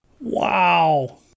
Wow